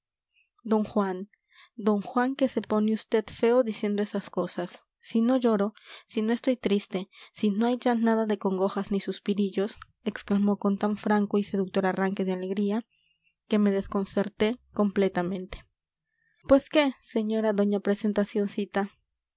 d juan d juan que se pone vd feo diciendo esas cosas si no lloro si no estoy triste si no hay ya nada de congojas ni suspirillos exclamó con tan franco y seductor arranque de alegría que me desconcerté completamente pues qué señora doña